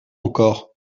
encore